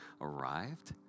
arrived